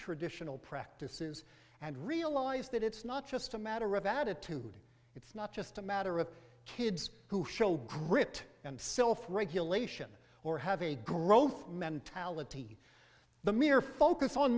traditional practices and realize that it's not just a matter of attitude it's not just a matter of kids who show grit and self regulation or have a growth mentality the mere focus on